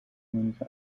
minuten